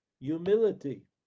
humility